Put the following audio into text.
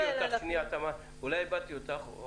אולי איבדתי אותך.